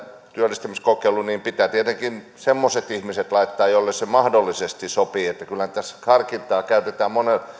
työllistämiskokeiluun pitää tietenkin semmoiset ihmiset laittaa joille se mahdollisesti sopii niin että kyllähän tässä harkintaa käytetään monilla